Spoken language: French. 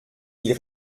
ils